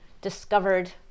discovered